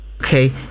Okay